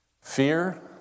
Fear